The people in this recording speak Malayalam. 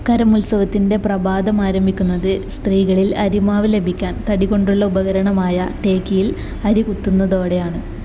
കരം ഉത്സവത്തിന്റെ പ്രഭാതം ആരംഭിക്കുന്നത് സ്ത്രീകളിൽ അരിമാവ് ലഭിക്കാൻ തടി കൊണ്ടുള്ള ഉപകരണമായ ഠേകിയിൽ അരി കുത്തുന്നതോടെയാണ്